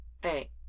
hey